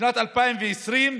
בשנת 2020,